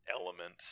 element